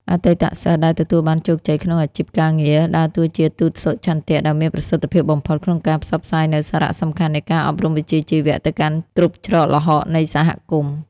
អតីតសិស្សដែលទទួលបានជោគជ័យក្នុងអាជីពការងារ ដើរតួជាទូតសុឆន្ទៈដ៏មានប្រសិទ្ធភាពបំផុត ក្នុងការផ្សព្វផ្សាយនូវសារៈសំខាន់នៃការអប់រំវិជ្ជាជីវៈទៅកាន់គ្រប់ច្រកល្ហកនៃសហគមន៍។